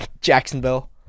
Jacksonville